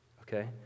Okay